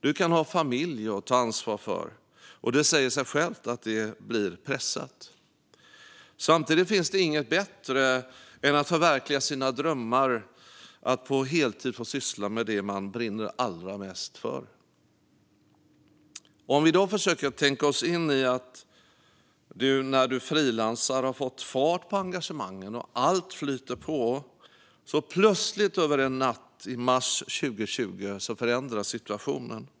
Du kan ha familj att ta ansvar för, och det säger sig självt att det blir pressat. Samtidigt finns det inget bättre än att förverkliga sina drömmar - att på heltid få syssla med det man brinner allra mest för. Vi kan försöka tänka oss in i att du när du frilansar har fått fart på engagemangen och att allt flyter på. Så plötsligt över en natt i mars 2020 förändras situationen.